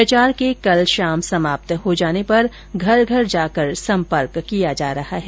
प्रचार के कल शाम समाप्त हो जाने पर घर घर जाकर सम्पर्क किया जा रहा हैं